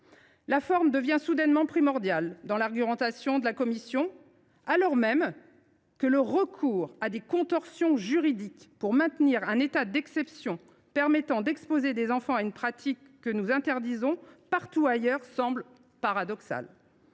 La forme devient soudainement primordiale dans l’argumentation de la commission. Pourtant, le recours à des contorsions juridiques pour maintenir un état d’exception permettant d’exposer des enfants à une pratique que nous interdisons partout ailleurs semble paradoxal.